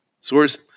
Source